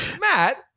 Matt